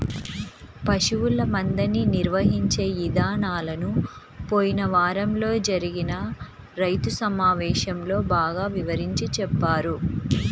పశువుల మందని నిర్వహించే ఇదానాలను పోయిన వారంలో జరిగిన రైతు సమావేశంలో బాగా వివరించి చెప్పారు